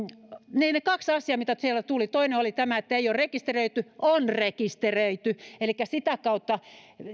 ne kaksi asiaa mitä siellä tuli toinen oli tämä että ei ole rekisteröity on rekisteröity elikkä sitä kautta